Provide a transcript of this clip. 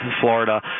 Florida